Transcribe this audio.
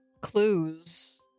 Clues